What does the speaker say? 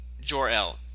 Jor-El